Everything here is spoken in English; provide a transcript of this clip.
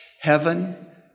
Heaven